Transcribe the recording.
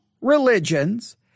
religions